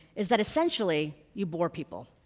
is that essentially, you bore people.